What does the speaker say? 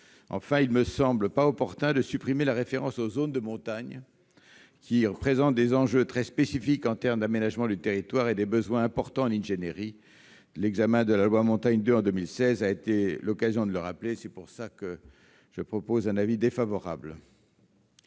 outre, il ne me semble pas opportun de supprimer la référence aux zones de montagne, qui présentent des enjeux très spécifiques en termes d'aménagement du territoire et des besoins importants en ingénierie. L'examen de la loi Montagne II, en 2016, a été l'occasion de le rappeler. L'amendement n° 4 rectifié tend à apporter